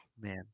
man